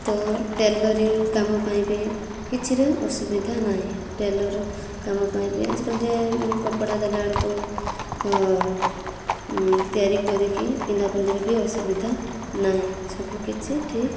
ତ ଟେଲରିଂ କାମ ପାଇଁ ବି କିଛିରେ ଅସୁବିଧା ନାହିଁ ଟେଲର୍ କାମ ପାଇଁ ବି ଆଜିକାଲି ଯେ ମାନେ କପଡ଼ା ଦେଲାବେଳକୁ ତ ତିଆରି କରିକି ପିନ୍ଧା ପିନ୍ଧିରେ ବି ଅସୁବିଧା ନାହିଁ ସବୁ କିଛି ଠିକ୍